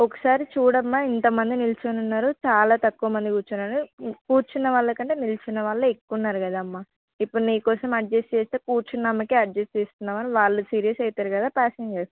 ఒకసారి చూడమ్మా ఇంతమంది నిల్చుని ఉన్నారు చాలా తక్కువ మంది కూర్చున్నారు కూర్చున్న వాళ్ళ కంటే నిల్చున్న వాళ్ళ ఎక్కువ ఉన్నారు కదమ్మా ఇప్పుడు నీకోసం అడ్జస్ట్ చేస్తే కూర్చున్నామెకే అడ్జస్ట్ చేస్తున్నావు అని వాళ్ళు సీరియస్ అవుతారు కదా పాసెంజర్స్